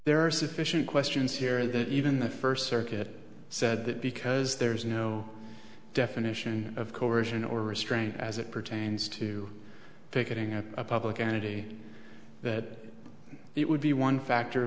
there are sufficient questions here that even the first circuit said that because there is no definition of coercion or restraint as it pertains to picketing of a public entity that it would be one factor